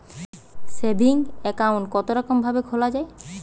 Saving account কতরকম ভাবে খোলা য়ায়?